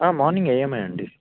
morning AM ఏ అండి